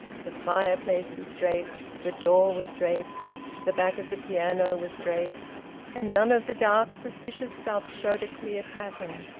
the fireplace was draped the door was draped the back of the piano was draped and none of the dark suspicious stuffs showed a clear pattern.